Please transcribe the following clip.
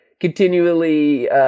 continually